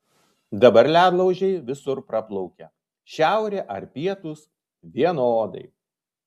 dabar ledlaužiai visur praplaukia šiaurė ar pietūs vienodai